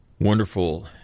Wonderful